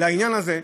לעניין הזה.